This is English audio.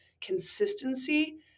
consistency